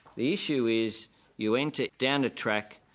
the issue is you enter down the track,